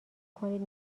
کنید